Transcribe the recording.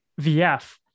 VF